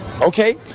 Okay